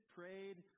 prayed